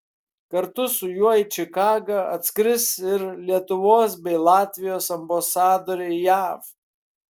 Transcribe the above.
kartu su juo į čikagą atskris ir lietuvos bei latvijos ambasadoriai jav